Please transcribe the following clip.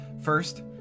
First